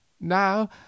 now